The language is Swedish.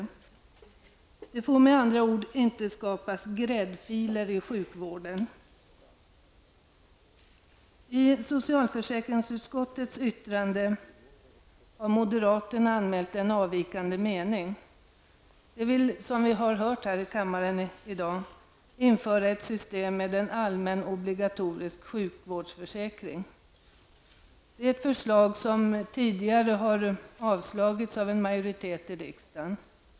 Det får med andra ord inte skapas I socialförsäkringsutskottets yttrande har moderaterna anmält en avvikande mening. De vill, som vi har hört här i kammaren i dag, införa ett system med en allmän obligatorisk sjukvårdsförsäkring. Detta förslag har tidigare avslagits av en majoritet i riksdagen.